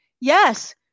yes